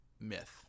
myth